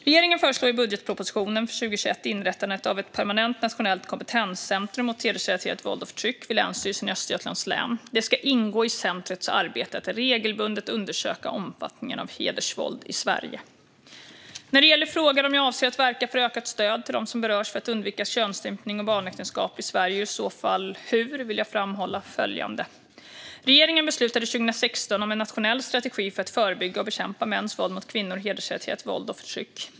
Regeringen föreslår i budgetpropositionen för 2021 inrättande av ett permanent nationellt kompetenscentrum mot hedersrelaterat våld och förtryck vid Länsstyrelsen i Östergötlands län. Det ska ingå i centrumets arbete att regelbundet undersöka omfattningen av hedersvåld i Sverige. När det gäller frågan om jag avser att verka för ökat stöd till dem som berörs för att undvika könsstympning och barnäktenskap i Sverige, och i så fall hur, vill jag framhålla följande. Regeringen beslutade 2016 om en nationell strategi för att förebygga och bekämpa mäns våld mot kvinnor och hedersrelaterat våld och förtryck.